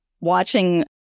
watching